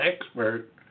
expert